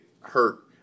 hurt